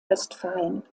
westfalen